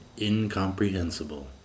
Incomprehensible